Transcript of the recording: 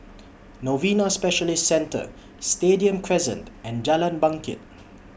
Novena Specialist Centre Stadium Crescent and Jalan Bangket